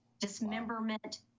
dismemberment